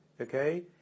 okay